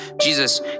Jesus